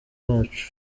bacu